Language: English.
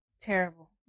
Terrible